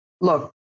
look